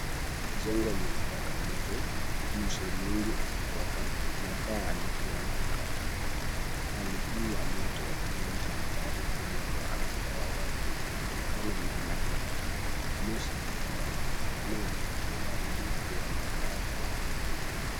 Jengo linawaka moto, moshi mwingi ukitoka na paa likianguka. Hali hii ya moto huleta hatari kubwa kwa afya ya watu kutokana na majeraha, moshi hatari na uharibifu wa makaazi.